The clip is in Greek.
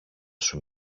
σου